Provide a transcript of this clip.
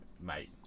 mate